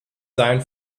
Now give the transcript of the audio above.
seien